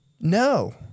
No